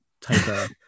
type